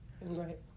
right